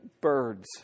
birds